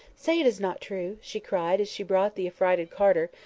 say it is not true, she cried, as she brought the affrighted carter,